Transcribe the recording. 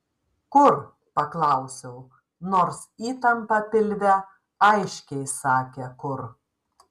kur paklausiau nors įtampa pilve aiškiai sakė kur